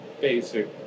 basic